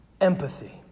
Empathy